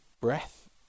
breath